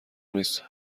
نیست